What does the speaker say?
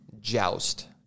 joust